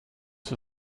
für